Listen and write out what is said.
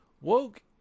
Woke